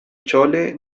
chole